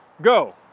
Go